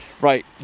right